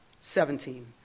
Seventeen